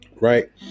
right